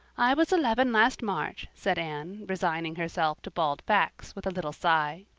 i was eleven last march, said anne, resigning herself to bald facts with a little sigh.